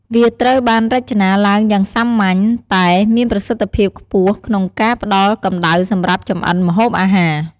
វាត្រូវបានរចនាឡើងយ៉ាងសាមញ្ញតែមានប្រសិទ្ធភាពខ្ពស់ក្នុងការផ្ដល់កម្ដៅសម្រាប់ចម្អិនម្ហូបអាហារ។